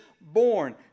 born